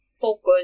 focus